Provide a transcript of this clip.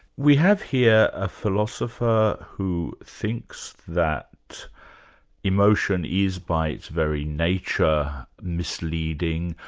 we have here a philosopher who thinks that emotion is by its very nature, misleading,